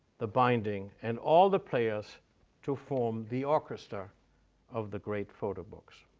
the binding, and all the players to form the orchestra of the great photo books.